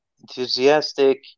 enthusiastic